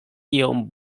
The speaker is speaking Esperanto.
iom